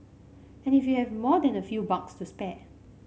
and if you have more than a few bucks to spare